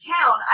town